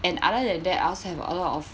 and other than that I also have a lot of